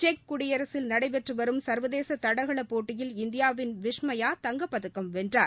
செக்குடியரசில் நடைபெற்று வரும் சர்வதேச தடகள போட்டியில் இந்தியாவின் விஷ்மயா தங்கப்பதக்கம் வென்றார்